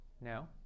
No